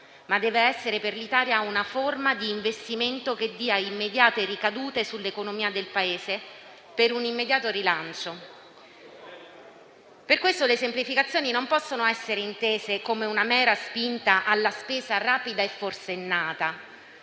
ma deve essere per l'Italia una forma di investimento che dia immediate ricadute sull'economia del Paese per un immediato rilancio. Per questo le semplificazioni possono essere intese non come una mera spinta alla spesa rapida e forsennata,